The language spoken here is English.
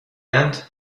end